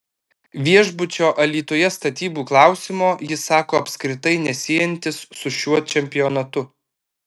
viešbučio alytuje statybų klausimo jis sako apskritai nesiejantis su šiuo čempionatu